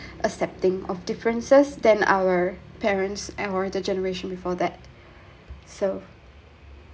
accepting of differences than our parents and older generation before that so